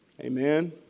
Amen